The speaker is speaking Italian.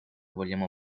vogliamo